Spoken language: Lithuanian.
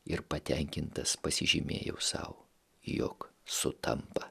ir patenkintas pasižymėjau sau jog sutampa